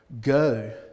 go